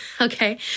Okay